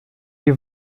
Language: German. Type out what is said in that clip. die